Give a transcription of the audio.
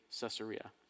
Caesarea